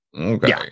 Okay